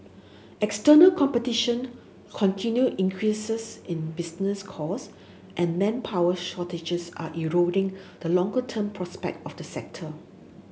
external competition continued increases in business cost and manpower shortages are eroding the longer term prospect of the sector